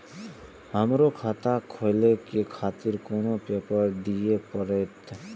हमरो खाता खोले के खातिर कोन पेपर दीये परतें?